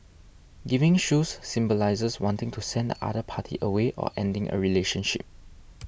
giving shoes symbolises wanting to send the other party away or ending a relationship